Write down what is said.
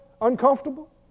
uncomfortable